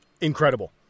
incredible